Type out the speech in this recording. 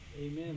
Amen